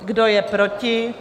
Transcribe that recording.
Kdo je proti?